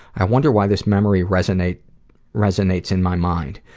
i wonder why this memory resonates resonates in my mind?